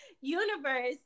Universe